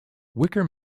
wicker